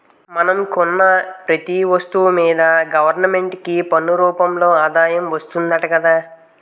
మనం కొన్న పెతీ ఒస్తువు మీదా గవరమెంటుకి పన్ను రూపంలో ఆదాయం వస్తాదట గదా